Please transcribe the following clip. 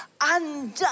undone